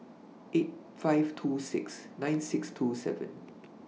eight five two six nine six two seven